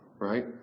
Right